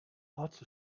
lots